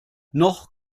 noch